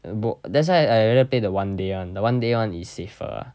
b~ that's why I rather play the one day one the one day one is safer